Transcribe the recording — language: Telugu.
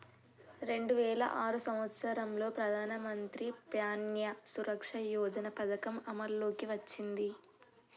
రెండు వేల ఆరు సంవత్సరంలో ప్రధానమంత్రి ప్యాన్య సురక్ష యోజన పథకం అమల్లోకి వచ్చింది